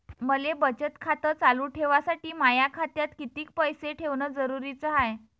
मले बचत खातं चालू ठेवासाठी माया खात्यात कितीक पैसे ठेवण जरुरीच हाय?